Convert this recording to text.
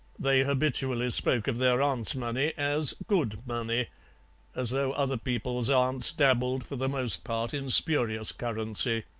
they habitually spoke of their aunt's money as good money as though other people's aunts dabbled for the most part in spurious currency.